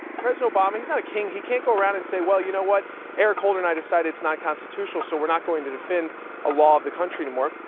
president obama, he's not a king. he can't go around and say, well, you know what eric holder and i decided it's not constitutional, so we're not going to defend a law of the country anymore.